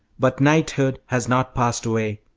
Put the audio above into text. but knighthood has not passed away.